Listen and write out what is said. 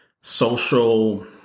social